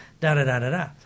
da-da-da-da-da